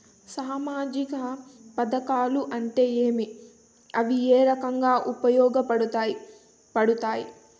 సామాజిక పథకాలు అంటే ఏమి? ఇవి ఏ విధంగా ఉపయోగపడతాయి పడతాయి?